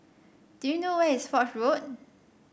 do you know where is Foch Road